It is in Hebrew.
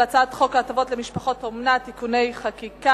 הצעת חוק הטבות למשפחות אומנה (תיקוני חקיקה),